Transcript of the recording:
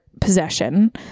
possession